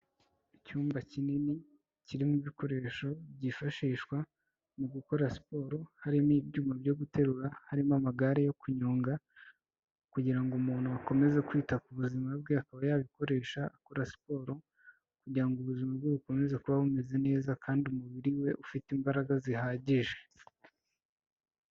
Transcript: Icyumba kinini kirimo ibikoresho byifashishwa mu gukora siporo, harimo ibyuma byo guterura, harimo amagare yo kunyonga kugira ngo umuntu akomeze kwita ku buzima bwe akaba yabikoresha akora siporo kugira ngo ubuzima bwe bukomeze kuba bumeze neza kandi umubiri we ufite imbaraga zihagije.